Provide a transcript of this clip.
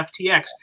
FTX